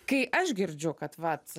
kai aš girdžiu kad vat